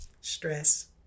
stress